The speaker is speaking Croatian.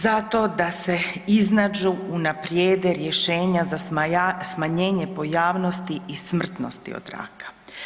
Zato da se iznađu, unaprijede rješenja za smanjenje pojavnosti i smrtnosti od raka.